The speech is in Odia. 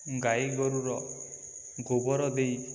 ଗାଈ ଗୋରୁର ଗୋବର ଦେଇ